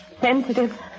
sensitive